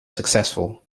successful